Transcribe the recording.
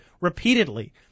repeatedly